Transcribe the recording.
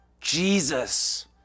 Jesus